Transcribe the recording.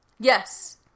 Yes